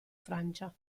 francia